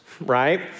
right